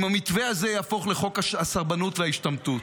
אם המתווה הזה יהפוך לחוק הסרבנות והשתמטות,